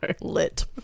Lit